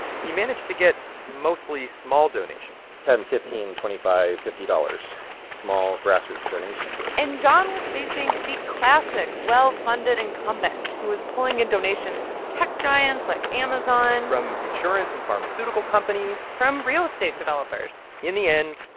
he managed to get mostly small donations ten, fifteen, twenty five, fifty dollars small grassroots donations and jon was facing the classic well-funded incumbent who was pulling in donations from tech giants like amazon. from insurance and pharmaceutical companies. from real estate developers in the end,